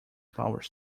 flowers